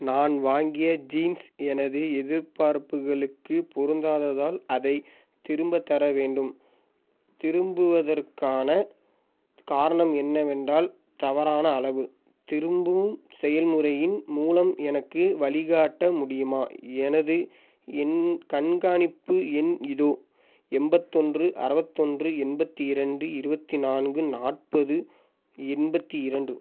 நான் வாங்கிய ஜீன்ஸ் எனது எதிர்பார்ப்புகளுக்குப் பொருந்தாததால் அதைத் திரும்பத் தர வேண்டும் திரும்புவதற்கான காரணம் என்னவென்றால் தவறான அளவு திரும்பும் செயல்முறையின் மூலம் எனக்கு வழி காட்ட முடியுமா எனது என் கண்காணிப்பு எண் இதோ எண்பத்து ஒன்று அறுவத்து ஒன்று எண்பத்து இரண்டு இருபத்தி நான்கு நாற்பது எண்பத்து இரண்டு